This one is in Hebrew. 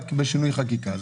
רק בשינוי חקיקה.